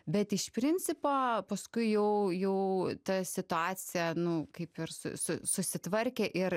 bet iš principo paskui jau jau ta situacija nu kaip ir su su susitvarkė ir